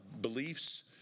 beliefs